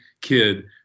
kid